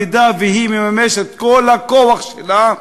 שאם היא מממשת את כל הכוח שלה,